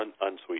unsweet